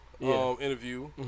interview